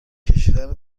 کشیدن